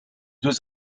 deux